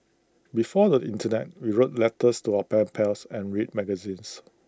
before the Internet we wrote letters to our pen pals and read magazines